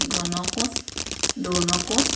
ঘন কোঁচ দোৰ্ণ কোঁচ